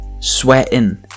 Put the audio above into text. Sweating